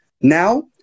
now